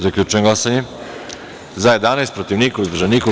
Zaključujem glasanje: za – 12, protiv – niko, uzdržanih – nema.